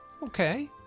Okay